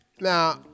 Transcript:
Now